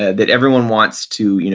that everyone wants to, you know